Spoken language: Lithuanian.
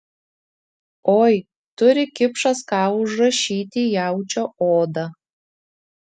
oi turi kipšas ką užrašyti į jaučio odą